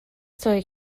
توئه